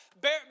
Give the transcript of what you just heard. bear